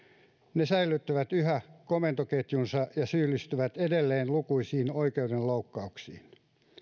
ne säilyttävät yhä komentoketjunsa ja syyllistyvät edelleen lukuisiin oikeudenloukkauksiin